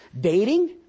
Dating